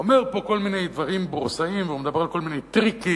אומר פה כל מיני דברים בורסאיים ומדבר על כל מיני טריקים,